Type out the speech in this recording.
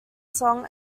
song